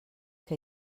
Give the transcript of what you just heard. que